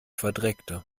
verdreckte